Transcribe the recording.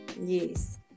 yes